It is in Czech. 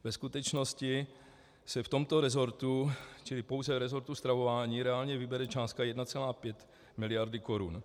Ve skutečnosti se v tomto resortu, čili pouze v resortu stravování, reálně vybere částka 1,5 mld. korun.